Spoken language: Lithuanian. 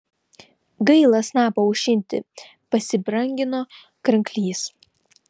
gaila snapą aušinti pasibrangino kranklys